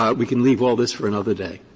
ah we can leave all this for another day.